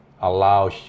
allow